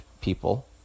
people